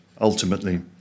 ultimately